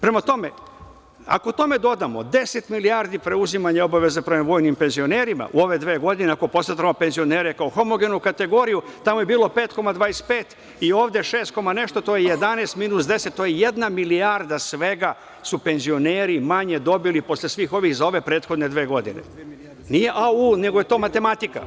Prema tome, ako tome dodamo 10 milijardi preuzimanja obaveza prema vojnim penzionerima u ove dve godine, ako posmatramo penzionere kao homogenu kategoriju, tamo je bilo 5,25% i ovde 6 koma nešto to je 11 minus 10, to je jedna milijarda svega su penzioneri manje dobili posle svih ovih za ove prethodne dve godine. (Saša Radulović, s mesta: Au.) Nije au, nego je to matematika.